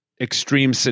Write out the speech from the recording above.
extreme